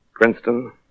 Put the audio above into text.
Princeton